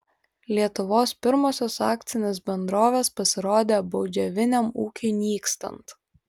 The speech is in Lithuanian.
lietuvos pirmosios akcinės bendrovės pasirodė baudžiaviniam ūkiui nykstant